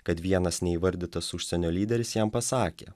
kad vienas neįvardytas užsienio lyderis jam pasakė